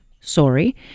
sorry